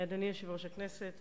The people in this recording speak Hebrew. אדוני יושב-ראש הכנסת,